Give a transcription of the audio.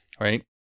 right